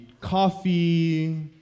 coffee